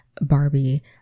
Barbie